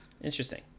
interesting